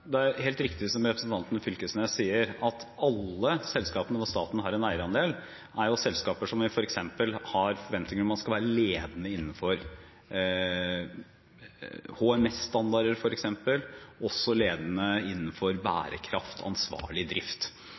Det er helt riktig som representanten Fylkesnes sier, at alle selskapene hvor staten har en eierandel, er selskaper som vi har forventninger om skal være ledende innenfor f.eks. HMS-standarder og innenfor bærekraft og ansvarlig drift.